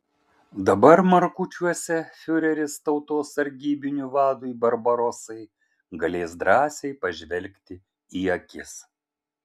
dabar markučiuose fiureris tautos sargybinių vadui barbarosai galės drąsiai pažvelgti į akis